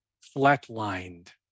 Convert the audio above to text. flat-lined